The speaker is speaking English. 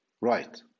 Right